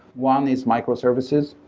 one is microservices.